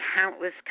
countless